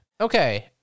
Okay